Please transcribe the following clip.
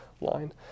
line